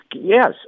yes